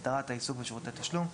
הסדרת העיסוק בשירותי תשלם.